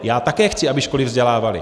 Já také chci, aby školy vzdělávaly.